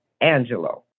Angelo